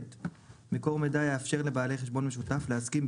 מקור מידע יאפשר לבעלי חשבון משותף להסכים,